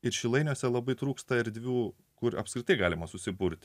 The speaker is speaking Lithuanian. ir šilainiuose labai trūksta erdvių kur apskritai galima susiburti